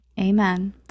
Amen